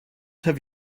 have